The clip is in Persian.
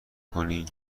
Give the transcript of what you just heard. کنی